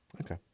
Okay